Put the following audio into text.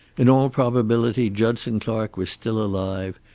in all probability judson clark was still alive,